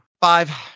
Five